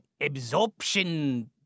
absorption